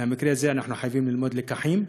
מהמקרה הזה אנחנו חייבים ללמוד לקחים,